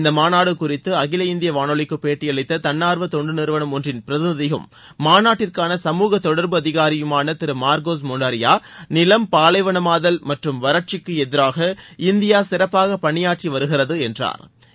இந்த மாநாடு சூறித்து அகில இந்திய வானொலிக்கு பேட்டியளித்த தன்னார்வ தொண்டு நிறுவனம் ஒன்றின் பிரதிநிதியும் மாநாட்டிற்கான சமூக தொடர்பு அதகாரியுமான திரு மார்கோஸ் மொன்டாரியோ நிலம் பாலைவனமாதல் மற்றும் வறட்சிக்கு எதிராக இந்தியா சிறப்பாக பணியாற்றி வருகிறது என்றா்